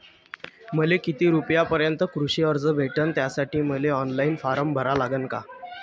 मले किती रूपयापर्यंतचं कृषी कर्ज भेटन, त्यासाठी मले ऑनलाईन फारम भरा लागन का?